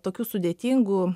tokių sudėtingų